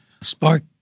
Spark